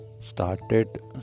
started